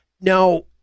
Now